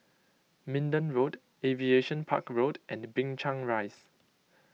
Minden Road Aviation Park Road and Binchang Rise